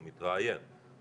הוא מתראיין.